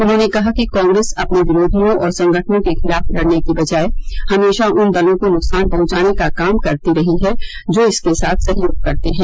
उन्होंने कहा कि कांग्रेस अपने विरोधियों और संगठनों के खिलाफ लड़ने के बजाय हमेशा उन दलों को नुकसान पहुंचाने का काम करती रही है जो इसके साथ सहयोग करते हैं